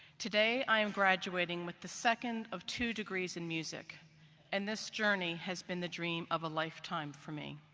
today i am graduating with the second of two degrees in music and this journey has been the dream of a lifetime for me.